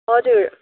हजुर